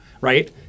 right